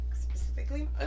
specifically